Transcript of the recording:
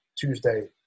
Tuesday